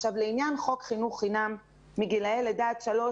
לעניין חוק חינוך חינם מגילי לידה עד שלוש.